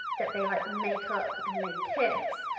that they like makeup and they kiss,